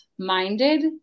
minded